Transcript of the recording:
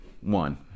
One